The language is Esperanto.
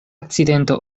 akcidento